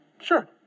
Sure